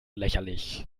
lächerlich